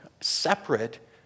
separate